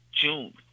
June